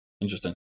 Interesting